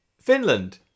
Finland